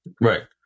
Right